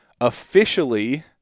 officially